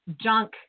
junk